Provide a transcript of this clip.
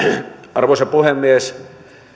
arvoisa puhemies